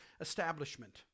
establishment